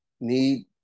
need